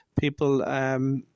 people